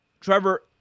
Trevor